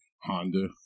Honda